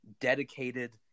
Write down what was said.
dedicated